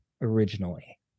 originally